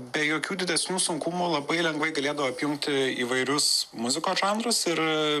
be jokių didesnių sunkumų labai lengvai galėdavo apjungti įvairius muzikos žanrus ir